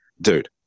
dude